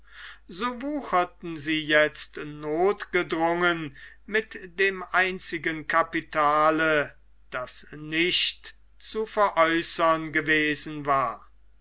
so wucherten sie jetzt nothgedrungen mit dem einzigen kapitale das nicht zu veräußern gewesen war